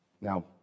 Now